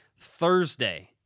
Thursday-